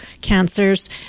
cancers